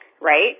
right